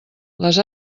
les